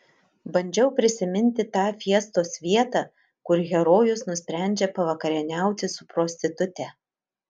bandžiau prisiminti tą fiestos vietą kur herojus nusprendžia pavakarieniauti su prostitute